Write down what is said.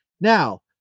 Now